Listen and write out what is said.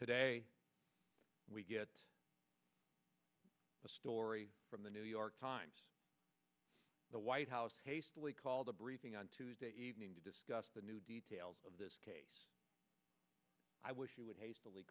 today we get a story from the new york times the white house hastily called a briefing on tuesday evening to discuss the new details of this case i wish you would